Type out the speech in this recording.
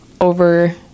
over